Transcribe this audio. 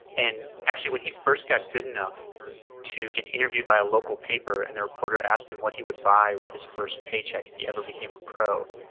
and actually when he first got good enough to get interviewed by a local paper and the reporter asked him what he would buy with his first paycheck if he ever became a pro.